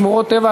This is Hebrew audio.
שמורות טבע,